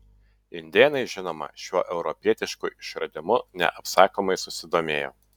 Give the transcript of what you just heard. indėnai žinoma šiuo europietišku išradimu neapsakomai susidomėjo